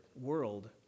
world